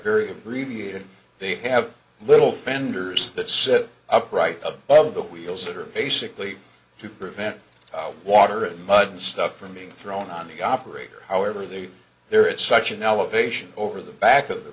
very abbreviated they have little fenders that sit upright of of the wheels that are basically to prevent our water mud and stuff from being thrown on the operator however the there is such an elevation over the back of the